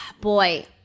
Boy